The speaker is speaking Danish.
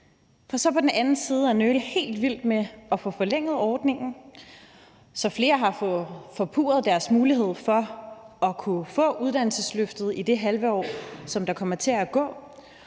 på den anden side at nøle helt vildt med at få forlænget ordningen, så flere har fået forpurret deres mulighed for at kunne få uddannelsesløftet i det halve år, der kommer til at gå,